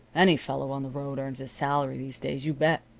any fellow on the road earns his salary these days, you bet.